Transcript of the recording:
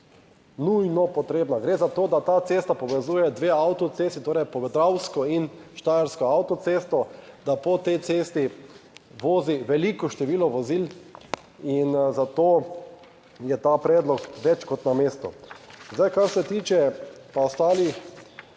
nujno potrebna. Gre za to, da ta cesta povezuje dve avtocesti, torej podravsko in štajersko avtocesto, da po tej cesti vozi veliko število vozil in zato je ta predlog več kot na mestu. Zdaj, kar se tiče pa ostalih